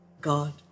God